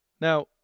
Now